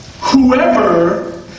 Whoever